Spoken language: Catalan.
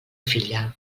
filla